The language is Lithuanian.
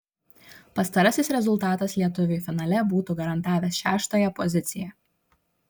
pastarasis rezultatas lietuviui finale būtų garantavęs šeštąją poziciją